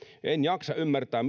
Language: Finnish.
en jaksa ymmärtää